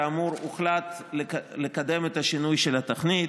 כאמור, הוחלט לקדם את השינוי של התוכנית.